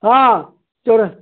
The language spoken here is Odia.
ହଁ